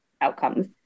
outcomes